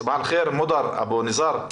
סבח אלח'יר, מודר אבו ניזר.